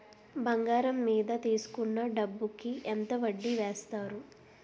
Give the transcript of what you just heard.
బంగారం మీద తీసుకున్న డబ్బు కి ఎంత వడ్డీ వేస్తారు?